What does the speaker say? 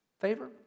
favor